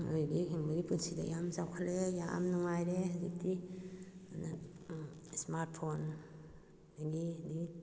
ꯃꯤꯑꯣꯏꯕꯒꯤ ꯍꯤꯡꯕꯒꯤ ꯄꯨꯟꯁꯤꯗ ꯌꯥꯝ ꯆꯥꯎꯈꯠꯂꯦ ꯌꯥꯝꯅ ꯅꯨꯡꯉꯥꯏꯔꯦ ꯍꯧꯖꯤꯛꯇꯤ ꯑꯗꯨꯅ ꯁꯃꯥꯔꯠ ꯐꯣꯟ ꯑꯗꯨꯗꯒꯤ